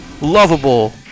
lovable